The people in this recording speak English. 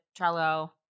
Trello